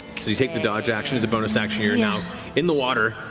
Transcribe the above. so you take the dodge action as a bonus action. you're now in the water.